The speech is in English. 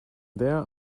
there